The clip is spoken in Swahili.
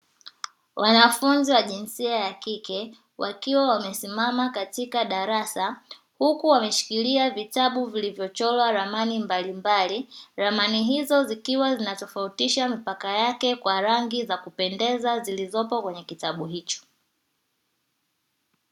Wanafunzi wa jinsia ya kike wakiwa wamesimama katika darasa huku wameshikilia vitabu vilivyochorwa ramani mbalimbali, ramani hizo zikiwa zinatofautisha mipaka yake kwa rangi za kupendeza zilizopo kwenye kitabu hicho.